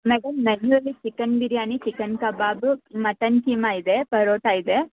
madam ನಮ್ಮಲ್ಲಿ chicken biryani chicken kebab mutton keema ಇದೆ ಪರೋಟ ಇದೆ